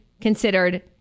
considered